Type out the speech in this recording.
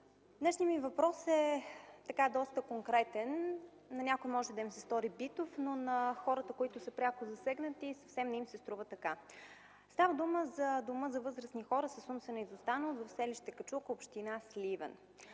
Днешният ми въпрос е доста конкретен – на някои може да им се стори битов, но на хората, които са пряко засегнати, съвсем не им се струва така. Става дума за Дома за възрастни хора с умствена изостаналост в селище „Качулка”, община Сливен.